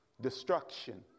destruction